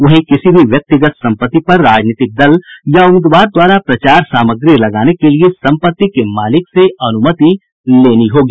वहीं किसी भी व्यक्तिगत संपत्ति पर राजनीतिक दल या उम्मीदवार द्वारा प्रचार सामग्री लगाने के लिए संपत्ति के मालिक से अनुमति लेनी होगी